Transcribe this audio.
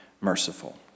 merciful